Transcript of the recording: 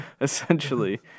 Essentially